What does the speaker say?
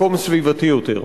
מקום סביבתי יותר.